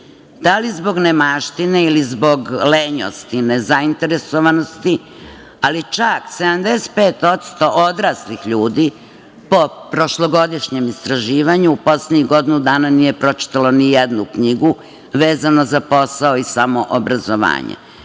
Da li zbog nemaštine ili zbog lenjosti, nezainteresovanosti, ali čak 75% odraslih ljudi, po prošlogodišnjem istraživanju, poslednjih godinu dana nije pročitalo ni jednu knjigu, vezano za posao i samoobrazovanje,